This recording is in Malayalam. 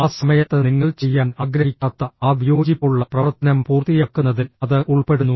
ആ സമയത്ത് നിങ്ങൾ ചെയ്യാൻ ആഗ്രഹിക്കാത്ത ആ വിയോജിപ്പുള്ള പ്രവർത്തനം പൂർത്തിയാക്കുന്നതിൽ അത് ഉൾപ്പെടുന്നു